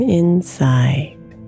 inside